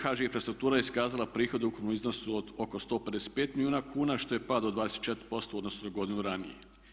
HŽ infrastruktura je iskazala prihode u ukupnom iznosu od oko 155 milijuna kuna što je pad od 24% u odnosu na godinu ranije.